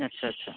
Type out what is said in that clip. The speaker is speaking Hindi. अच्छा अच्छा